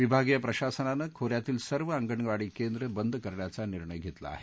विभागीय प्रशासनानं खोऱ्यातील सर्व आंगणवाडी केंद्र बंद करण्याचा निर्णय घेतला आहे